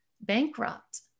bankrupt